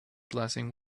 blessing